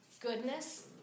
goodness